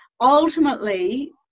ultimately